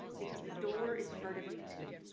because the door is part of you too.